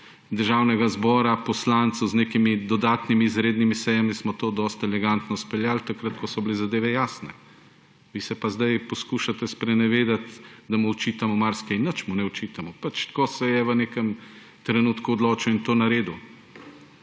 Državnega zbora, poslancev, z nekimi dodatnimi izrednimi sejami, smo to dosti elegantno speljali takrat, ko so bile zadeve jasne. Vi se pa zdaj poskušate sprenevedati, da mu očitamo marsikaj. Nič mu ne očitamo. Tako se je v nekem trenutku odločil in to naredil.